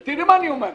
תראי, מה אני אומר לך.